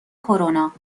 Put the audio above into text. کرونا